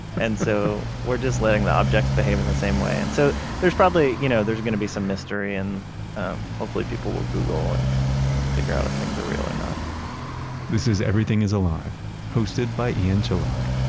and so, we're just letting the objects behave in the same way. and so there's probably, you know there's going to be some mystery, and um hopefully people will google and figure out if things are real or not this is, everything is alive hosted by ian chillag